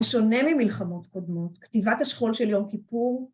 ‫הוא שונה ממלחמות קודמות. ‫כתיבת השכול של יום כיפור...